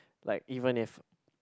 like even if